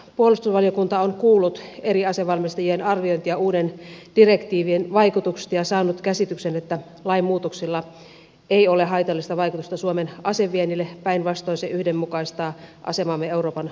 puolustusvaliokunta on kuullut eri asevalmistajien arviointeja uuden direktiivin vaikutuksista ja saanut käsityksen että lainmuutoksella ei ole haitallista vaikutusta suomen aseviennille päinvastoin se yhdenmukaistaa asemaamme euroopan markkinoilla